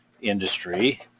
industry